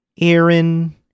Aaron